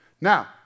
Now